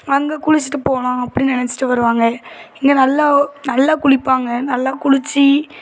அங்கே குளிச்சுட்டு போகலாம் அப்படின்னு நினச்சுட்டு வருவாங்க இங்கே நல்ல நல்லா குளிப்பாங்க நல்லா குளிச்சு